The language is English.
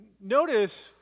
Notice